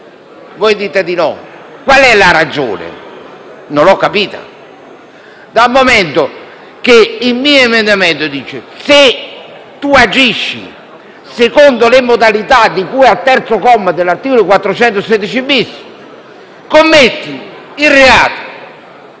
Voi dite di no. Qual è la ragione? Non l'ho capita. Il mio emendamento prevede che, se si agisce secondo le modalità di cui al terzo comma dell'articolo 416-*bis*, si commette il reato;